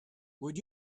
would